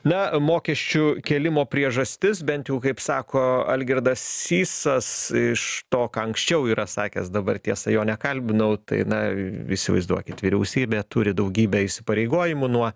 na mokesčių kėlimo priežastis bent jau kaip sako algirdas sysas iš to ką anksčiau yra sakęs dabar tiesa jo nekalbinau tai na įsivaizduokit vyriausybė turi daugybę įsipareigojimų nuo